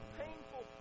painful